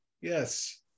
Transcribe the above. Yes